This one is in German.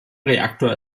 reaktor